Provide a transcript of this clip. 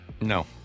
No